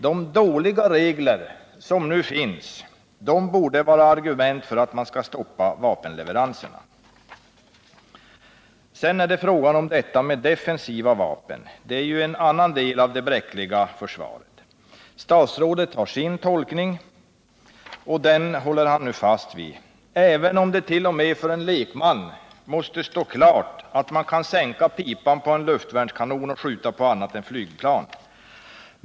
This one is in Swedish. de dåliga regler som nu finns borde vara argument för att stoppa vapenleveranserna. Sedan är det frågan om defensiva vapen. Det är en annan del av det bräckliga försvaret. Statsrådet har sin tolkning, och den håller han fast vid trots att dett.o.m. för en lekman måste stå klart att man kan sänka pipan på en luftvärnskanon och skjuta på annat än flygplan.